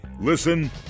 Listen